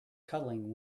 cuddling